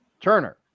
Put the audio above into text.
turner